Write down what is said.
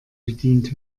bedient